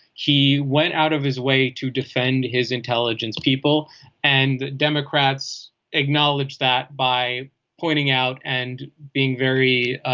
he went out of his way to defend his intelligence people and democrats acknowledge that by pointing out and being very